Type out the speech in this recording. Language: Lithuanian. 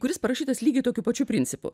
kuris parašytas lygiai tokiu pačiu principu